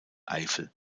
eifel